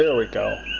yeah we go.